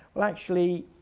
well actually,